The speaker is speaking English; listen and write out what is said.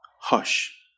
hush